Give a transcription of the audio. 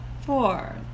four